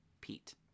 Pete-